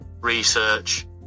research